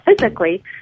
physically